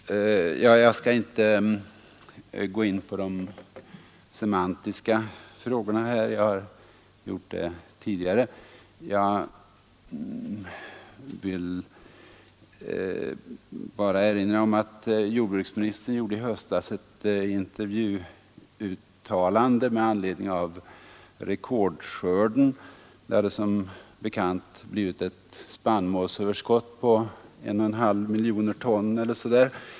Herr talman! Jag skall inte gå in på de semantiska frågorna. Jag har gjort det i mitt särskilda yttrande. Jag vill bara erinra om att jordbruksministern i höstas gjorde ett intervjuuttalande med anledning av rekordskörden. Det hade som bekant blivit ett spannmålsöverskott på 1,5 miljoner ton eller så där.